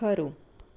ખરું